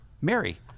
Mary